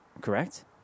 Correct